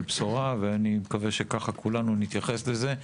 בשורה ואני מקווה שכך כולנו נתייחס לזה.